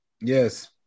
Yes